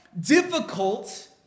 difficult